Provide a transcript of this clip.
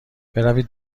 بروید